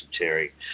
Terry